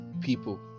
people